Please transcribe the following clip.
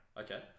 Okay